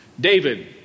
David